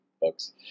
Books